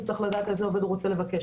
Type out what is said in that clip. הוא צריך לדעת איזה עובד הוא רוצה לבקש.